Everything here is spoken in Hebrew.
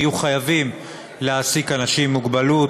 יהיו חייבים להעסיק אנשים עם מוגבלות.